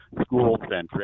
school-centric